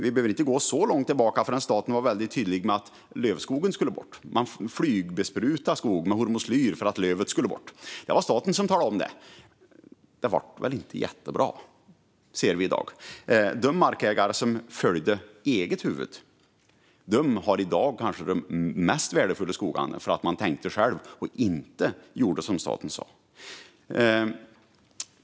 Vi behöver inte gå så långt tillbaka för att hitta en tid då staten var väldigt tydlig med att lövskogen skulle bort. Man flygbesprutade skog med hormoslyr för att lövskogen skulle bort. Det var staten som talade om det. Det blev väl inte jättebra, ser vi i dag. De markägare som följde sitt eget huvud har i dag de kanske mest värdefulla skogarna, eftersom man tänkte själv och inte gjorde som staten sa.